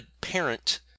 parent